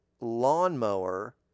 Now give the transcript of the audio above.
lawnmower